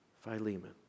Philemon